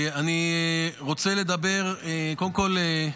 קודם כול,